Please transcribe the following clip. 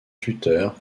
tuteur